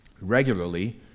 Regularly